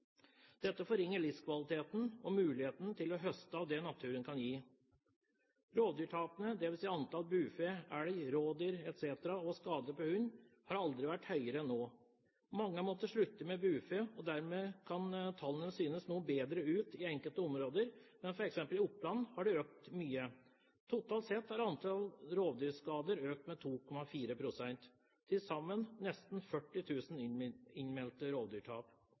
Dette forringer livskvaliteten og mulighetene til å høste av det naturen kan gi. Rovdyrtapene, dvs. antall bufe, elg, rådyr, etc., og skader på hund har aldri vært høyere enn nå. Mange har måttet slutte med bufe og dermed kan tallene synes noe bedre i enkelte områder, men f.eks. i Oppland har de økt mye. Totalt sett har antall rovdyrskader økt med 2,4 pst. – til sammen nesten 40 000 innmeldte rovdyrtap.